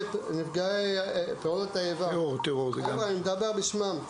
אני מדבר בשמם.